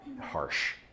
harsh